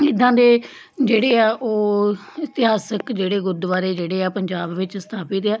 ਇੱਦਾਂ ਦੇ ਜਿਹੜੇ ਆ ਉਹ ਇਤਿਹਾਸਿਕ ਜਿਹੜੇ ਗੁਰਦੁਆਰੇ ਜਿਹੜੇ ਆ ਪੰਜਾਬ ਵਿੱਚ ਸਥਾਪਿਤ ਆ